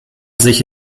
sich